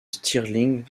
stirling